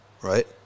right